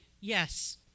Yes